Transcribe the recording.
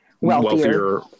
wealthier